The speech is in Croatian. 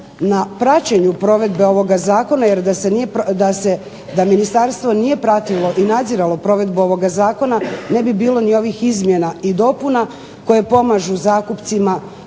na praćenju provedbe ovoga zakona jer da ministarstvo nije pratilo i nadziralo provedbu ovoga zakona ne bi bilo ni ovih izmjena i dopuna koje pomažu zakupcima